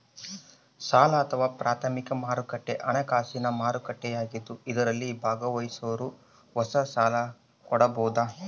ಸಾಲ ಅಥವಾ ಪ್ರಾಥಮಿಕ ಮಾರುಕಟ್ಟೆ ಹಣಕಾಸಿನ ಮಾರುಕಟ್ಟೆಯಾಗಿದ್ದು ಇದರಲ್ಲಿ ಭಾಗವಹಿಸೋರು ಹೊಸ ಸಾಲ ಕೊಡಬೋದು